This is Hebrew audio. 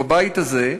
בבית הזה,